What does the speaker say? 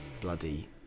bloody